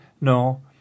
No